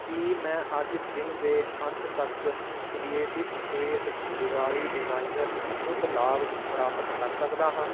ਕੀ ਮੈਂ ਅੱਜ ਦਿਨ ਦੇ ਅੰਤ ਤੱਕ creative space Diwali designer Shubh Labh ਪ੍ਰਾਪਤ ਕਰ ਸਕਦਾ ਹਾਂ